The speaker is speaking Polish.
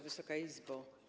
Wysoka Izbo!